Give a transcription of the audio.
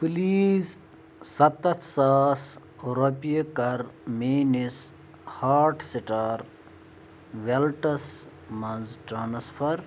please سَتَتھ ساس رۄپیہِ کر میٛٲنِس ہاٹ سِٹار ویٚلٹَس مَنٛز ٹرٛانسفر